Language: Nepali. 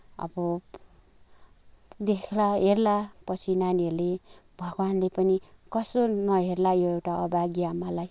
अब देख्ला हेर्ला पछि नानीहरूले भगवान्ले पनि कसो नहेर्ला यो एउटा अभागी आमालाई